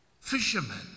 fishermen